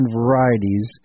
varieties